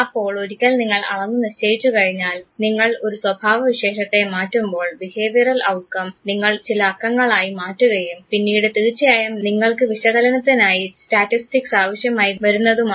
അപ്പോൾ ഒരിക്കൽ നിങ്ങൾ അളന്നു നിശ്ചയിച്ചു കഴിഞ്ഞാൽ നിങ്ങൾ ഒരു സ്വഭാവ വിശേഷത്തെ മാറ്റുമ്പോൾ ബിഹേവിയറൽ ഔട്ട്കം നിങ്ങൾ ചില അക്കങ്ങളായി മാറ്റുകയും പിന്നീട് തീർച്ചയായും നിങ്ങൾക്ക് വിശകലനത്തിനായി സ്റ്റാറ്റിറ്റിക്സ് ആവശ്യമായി വരുന്നതുമാണ്